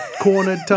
cornered